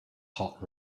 hot